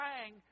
praying